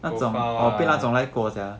bohgao ah